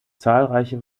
zahlreiche